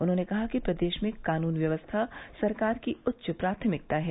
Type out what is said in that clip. उन्होंने कहा कि प्रदेश में कानून व्यवस्था सरकार की उच्च प्राथमिकता है